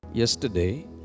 Yesterday